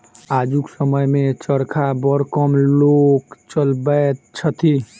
आजुक समय मे चरखा बड़ कम लोक चलबैत छथि